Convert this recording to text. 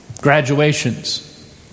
graduations